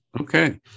Okay